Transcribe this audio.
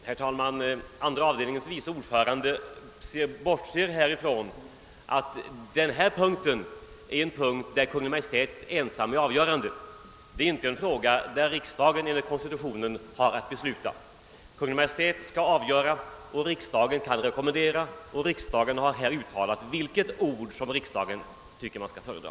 Herr talman! Andra avdelningens vice ordförande bortser här ifrån att detta är ett ärende som Kungl. Maj:t ensam har att avgöra. Det är inte en fråga, där riksdagen enligt konstitutionen har att besluta. Kungl. Maj:t har avgörandet och riksdagen kan rekommendera, vilket också skett.